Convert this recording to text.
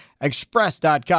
express.com